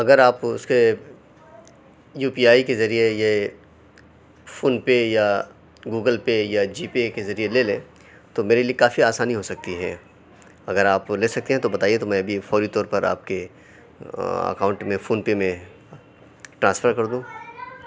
اگر آپ اس کے یو پی آئی کے ذریعے یہ فون پے یا گوگل پے یا جی پے کے ذریعے لے لیں تو میرے لیے کافی آسانی ہو سکتی ہے اگر آپ لے سکتے ہیں تو بتائیے تو میں ابھی فوری طور پر آپ كے اكاؤنٹ میں فون پے میں ٹرانسفر کر دوں